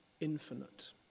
infinite